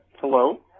Hello